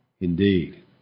indeed